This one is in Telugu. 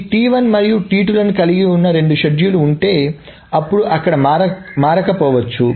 ఈ మరియు లను కలిగి ఉన్న రెండు షెడ్యూల్లు ఉంటే అప్పుడు అక్కడ మారకపోవచ్చు